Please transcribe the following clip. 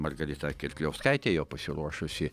margarita kirkliauskaitė jau pasiruošusi